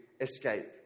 escape